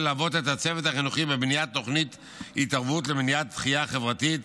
ללוות את הצוות החינוכי בבניית תוכנית התערבות למניעת דחייה חברתית